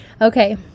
Okay